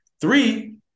three